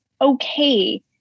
okay